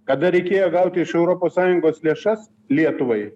kada reikėjo gauti iš europos sąjungos lėšas lietuvai